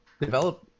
develop